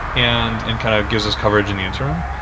and and kind of gives us coverage in the interim,